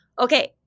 okay